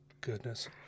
Goodness